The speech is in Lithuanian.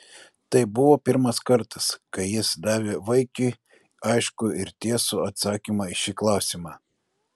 tai buvo pirmas kartas kai jis davė vaikiui aiškų ir tiesų atsakymą į šį klausimą